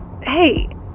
Hey